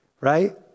right